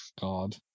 god